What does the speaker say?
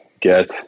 get